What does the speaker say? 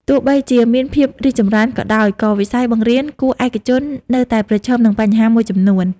ទោះបីជាមានភាពរីកចម្រើនក៏ដោយ ក៏វិស័យបង្រៀនគួរឯកជននៅតែប្រឈមនឹងបញ្ហាមួយចំនួន។